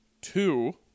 two